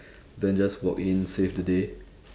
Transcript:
then just walk in save the day